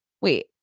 Wait